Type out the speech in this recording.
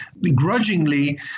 begrudgingly